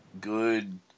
good